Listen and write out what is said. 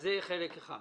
זה חלק אחד.